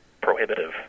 prohibitive